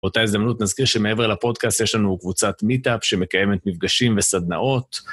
באותה הזדמנות נזכיר שמעבר לפודקאסט יש לנו קבוצת מיטאפ שמקיימת מפגשים וסדנאות.